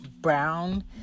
brown